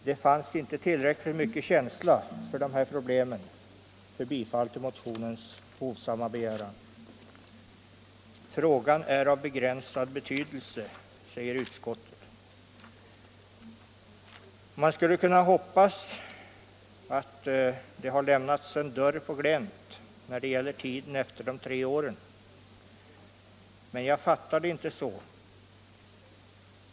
Det fanns inte så mycken känsla för de här problemen att utskottet kunde tillstyrka motionens hovsamma begäran. Frågan är av begränsad betydelse, säger utskottet. Man kunde ha hoppats att det lämnats en dörr på glänt när det gäller tiden efter de tre åren. Men jag fattar det inte så.